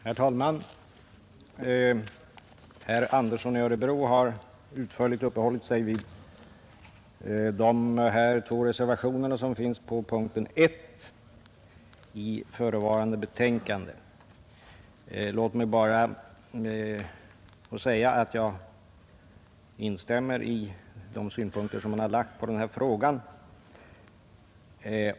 Herr talman! Herr Andersson i Örebro har utförligt uppehållit sig vid de två reservationer som fogats till punkten 1 i förevarande betänkande. Låt mig bara få säga att jag instämmer i de synpunkter som han har anlagt på de här frågorna.